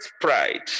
pride